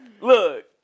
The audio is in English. Look